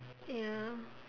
ya